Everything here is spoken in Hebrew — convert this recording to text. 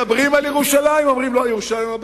מדברים על ירושלים, אומרים: לא, ירושלים לא בדיון.